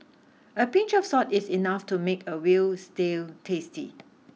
a pinch of salt is enough to make a veal stew tasty